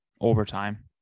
Overtime